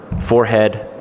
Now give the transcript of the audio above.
forehead